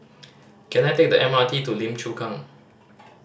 can I take the M R T to Lim Chu Kang